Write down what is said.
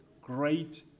great